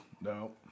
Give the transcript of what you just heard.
No